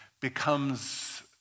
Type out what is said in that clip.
becomes